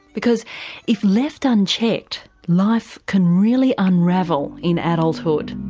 because if left unchecked life can really unravel in adulthood.